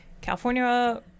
California